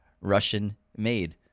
Russian-made